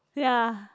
ya